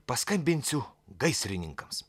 paskambinsiu gaisrininkams